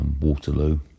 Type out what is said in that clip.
Waterloo